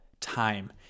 time